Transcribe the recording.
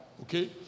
okay